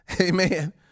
Amen